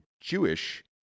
Jewish